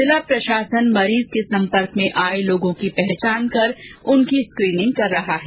जिला प्रशासन मरीज के सम्पर्क में आये लोगों की पहचान कर उनकी स्क्रीनिंग कर रहा है